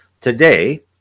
today